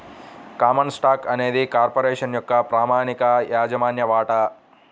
common stock అనేది corporation యొక్క ప్రామాణిక యాజమాన్య వాటా